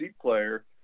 player